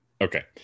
okay